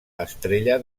estrella